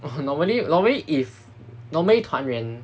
!wah! normally normally is normally 团圆